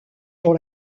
pour